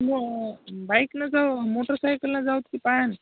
म बाईकला जाऊ मोटरसायकलला जाऊ की पायानी